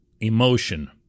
emotion